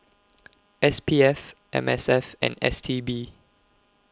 S P F M S F and S T B